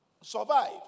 Survive